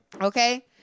Okay